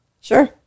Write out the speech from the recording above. Sure